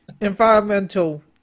environmental